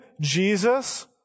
Jesus